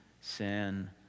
sin